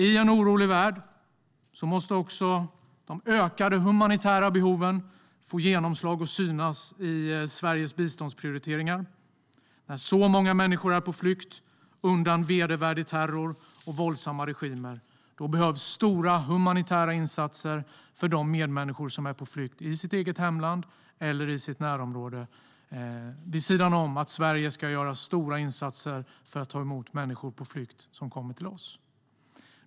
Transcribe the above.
I en orolig värld måste de ökade humanitära behoven få genomslag och synas i Sveriges biståndsprioriteringar. När så många människor är på flykt undan vedervärdig terror och våldsamma regimer behövs stora humanitära insatser för de medmänniskor som är på flykt i sitt eget hemland eller i sitt närområde, vid sidan om att Sverige ska göra stora insatser för att ta emot människor på flykt som kommer till oss.